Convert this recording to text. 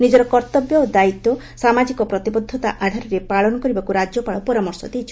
ନିଜର କର୍ଉବ୍ୟ ଓ ଦାୟିତ୍ୱ ସାମାଜିକ ପ୍ରତିବଦ୍ଧତା ଆଧାରରେ ପାଳନ କରିବାକୁ ରାଜ୍ୟପାଳ ପରାମର୍ଶ ଦେଇଛନ୍ତି